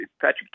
Patrick